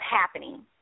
happening